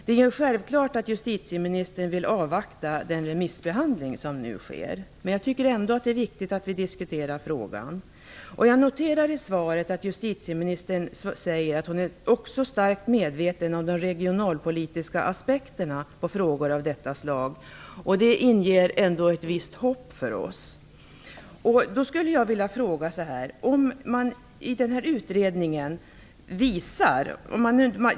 Det är självklart att justitieministern vill avvakta den remissbehandling som nu genomförs, men det är ändå viktigt att vi diskuterar frågan. Jag noterar i svaret att justitieministern säger att hon också är starkt medveten om de regionalpolitiska aspekterna på frågor av detta slag. Det inger oss trots allt ett visst hopp.